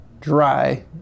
dry